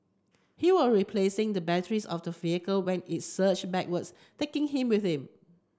he was replacing the battery of the vehicle when it surge backwards taking him with it